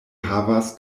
havas